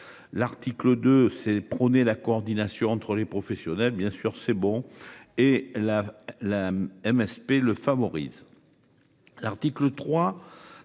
L'article de ces prôner la coordination entre les professionnels bien sûr c'est bon. Et la la MSP le favorise. L'article 3 de